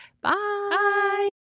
Bye